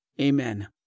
Amen